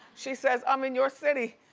she says, i'm in your city.